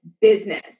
business